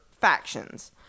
factions